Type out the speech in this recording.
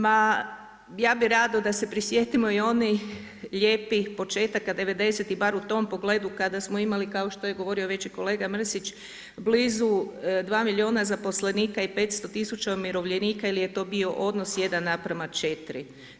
Ma ja bih rado da se prisjetimo i onih lijepih početaka devedesetih bar u tom pogledu kada smo imali kao što je govorio već i kolega Mrsić blizu 2 milijuna zaposlenika i 500 tisuća umirovljenika ili je to bio odnos 1:4.